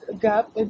gap